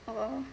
our